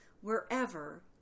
wherever